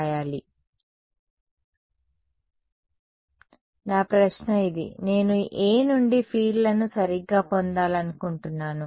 కాదు నా ప్రశ్న ఇది నేను A నుండి ఫీల్డ్లను సరిగ్గా పొందాలనుకుంటున్నాను